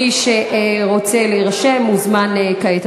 מי שרוצה להירשם מוזמן כעת.